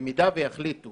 במידה שיחליטו